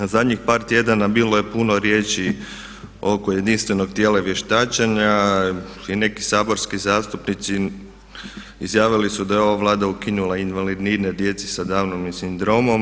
Zadnjih par tjedana bilo je puno riječi oko jedinstvenog tijela vještačenja i neki saborski zastupnici izjavili su da je ova Vlada ukinula invalidnine djeci sa Downovim sindromom.